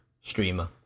streamer